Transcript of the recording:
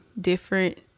different